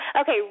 Okay